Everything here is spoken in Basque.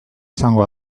izango